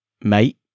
mate